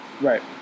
Right